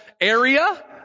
area